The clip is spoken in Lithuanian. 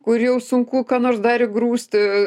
kur jau sunku ką nors dar įgrūsti